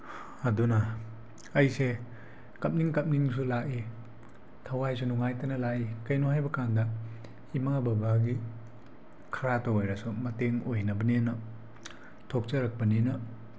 ꯑꯗꯨꯅ ꯑꯩꯁꯦ ꯀꯞꯅꯤꯡ ꯀꯞꯅꯤꯡꯁꯨ ꯂꯥꯛꯏ ꯊꯋꯥꯏꯁꯨ ꯅꯨꯡꯉꯥꯏꯇꯅ ꯂꯥꯛꯏ ꯀꯔꯤꯒꯤꯅꯣ ꯍꯥꯏꯕꯀꯥꯟꯗ ꯏꯃꯥ ꯕꯕꯥꯒꯤ ꯈꯔꯇ ꯑꯣꯏꯔꯁꯨ ꯃꯇꯦꯡ ꯑꯣꯏꯅꯕꯅꯦꯅ ꯊꯣꯛꯆꯔꯛꯄꯅꯤꯅ